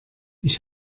ich